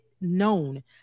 known